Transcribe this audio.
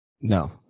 No